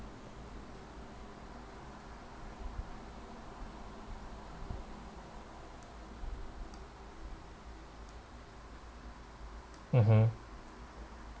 mmhmm